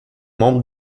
membre